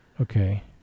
Okay